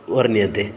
वर्ण्यते